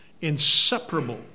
Inseparable